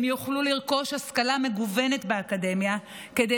הם יוכלו לרכוש השכלה מגוונת באקדמיה כדי